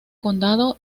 condado